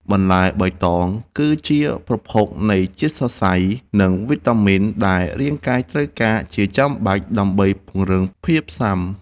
បន្លែបៃតងគឺជាប្រភពនៃជាតិសរសៃ និងវីតាមីនដែលរាងកាយត្រូវការជាចាំបាច់ ដើម្បីពង្រឹងភាពស៊ាំ។